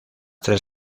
tres